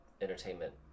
entertainment